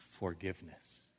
Forgiveness